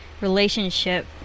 relationship